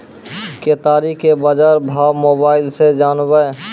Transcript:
केताड़ी के बाजार भाव मोबाइल से जानवे?